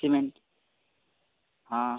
cement हाँ